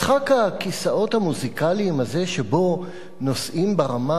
משחק הכיסאות המוזיקליים הזה שבו נושאים ברמה